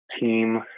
team